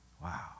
Wow